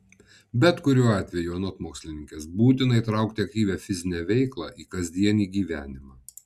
bet kuriuo atveju anot mokslininkės būtina įtraukti aktyvią fizinę veiklą į kasdienį gyvenimą